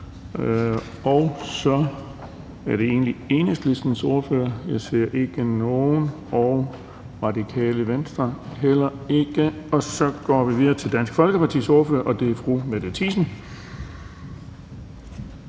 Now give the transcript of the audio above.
Så var det egentlig Enhedslistens ordfører, men jeg ser ikke nogen. Der er heller ikke nogen fra Radikale Venstre. Så går vi videre til Dansk Folkepartis ordfører, og det er fru Mette Thiesen.